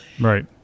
right